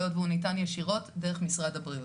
היות שהוא ניתן ישירות דרך משרד הבריאות.